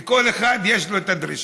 ולכל אחד יש דרישות.